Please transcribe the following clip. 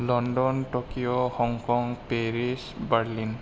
London Tokyo Hong Kong Paris Berlin